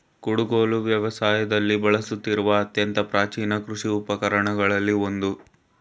ಕುಡುಗೋಲು ವ್ಯವಸಾಯದಲ್ಲಿ ಬಳಸುತ್ತಿರುವ ಅತ್ಯಂತ ಪ್ರಾಚೀನ ಕೃಷಿ ಉಪಕರಣಗಳಲ್ಲಿ ಒಂದು